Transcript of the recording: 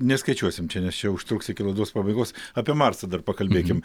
neskaičiuosim čia nes čia užtruks iki laidos pabaigos apie marsą dar pakalbėkim